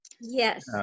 Yes